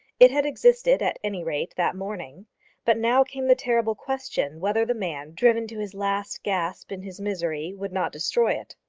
it had existed, at any rate, that morning but now came the terrible question whether the man, driven to his last gasp in his misery, would not destroy it.